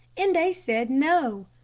and said no.